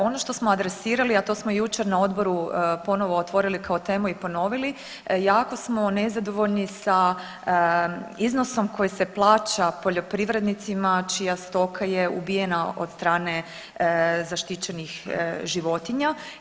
Ono što smo adresirali, a to smo jučer na odboru ponovno otvorili kao temu i ponovili jako smo nezadovoljni sa iznosom koji se plaća poljoprivrednicima čija stoka je ubijena od strane zaštićenih životinja.